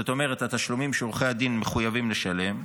זאת אומרת, התשלומים שעורכי הדין מחויבים לשלם,